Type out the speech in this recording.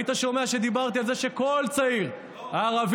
היית שומע שדיברתי על זה שכל צעיר ערבי,